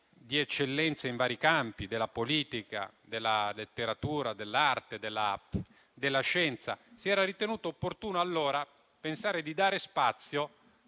di eccellenza in vari campi, della politica, della letteratura, dell'arte, della scienza. Si era ritenuto opportuno allora pensare di dare spazio,